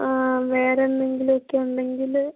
ആ വേറെന്തെങ്കിലുവൊക്കെ ഉണ്ടെങ്കില്